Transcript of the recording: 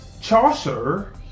Chaucer